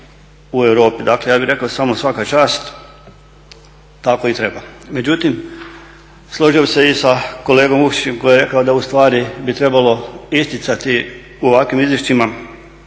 u Europi, dakle ja bih rekao samo svaka čast, tako i treba. Međutim, složio bih se i sa kolegom Vukšićem koji je rekao da bi trebalo isticati u ovakvim izvješćima